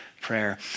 prayer